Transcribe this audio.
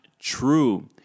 true